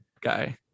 guy